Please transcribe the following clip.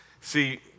See